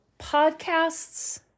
podcasts